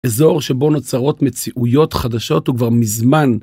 אזור שבו נוצרות מציאויות חדשות וכבר מזמן.